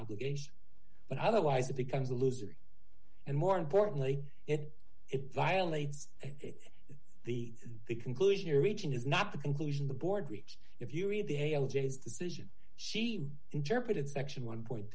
obligation but otherwise it becomes a loser and more importantly it it violates the the conclusion region is not the conclusion the board reached if you read the a l j as decision she interpreted section one point